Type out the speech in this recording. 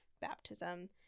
baptism